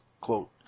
quote